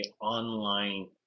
online